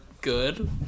good